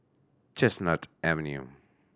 Chestnut Avenue